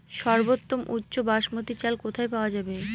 সর্বোওম উচ্চ বাসমতী চাল কোথায় পওয়া যাবে?